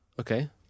Okay